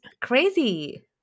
crazy